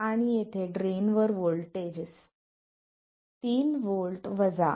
आणि येथे ड्रेन वर व्होल्टेज 3 V 0